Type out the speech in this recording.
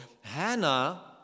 Hannah